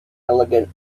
elegant